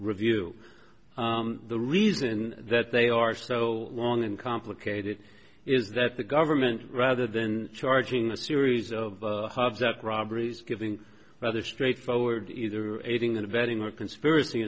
review the reason that they are so long and complicated is that the government rather than charging a series of hubs up robberies giving rather straightforward either aiding and abetting or conspiracy